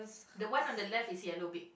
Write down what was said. the one on the left is yellow beak